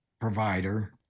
provider